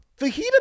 fajita